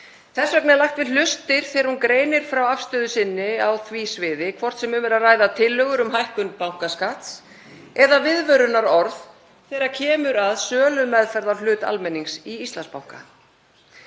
Þess vegna er lagt við hlustir þegar hún greinir frá afstöðu sinni á því sviði, hvort sem um er að ræða tillögur um hækkun bankaskatts eða viðvörunarorð þegar kemur að sölumeðferð á hlut almennings í Íslandsbanka.